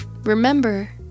remember